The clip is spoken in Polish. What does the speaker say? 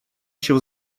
się